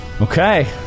Okay